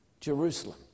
Jerusalem